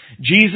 Jesus